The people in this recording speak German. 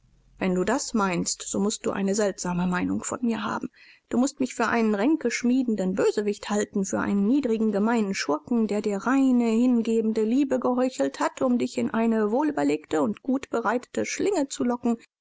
wenn du das meinst so mußt du eine seltsame meinung von mir haben du mußt mich für einen ränkeschmiedenden bösewicht halten für einen niedrigen gemeinen schurken der dir reine hingebende liebe geheuchelt hat um dich in eine wohlüberlegte und gutbereitete schlinge zu locken